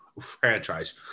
franchise